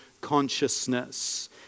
consciousness